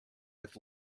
with